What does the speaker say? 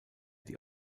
die